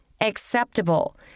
Acceptable